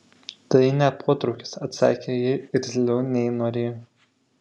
tai ne potraukis atsakė ji irzliau nei norėjo